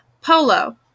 Polo